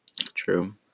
True